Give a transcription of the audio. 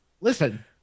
listen –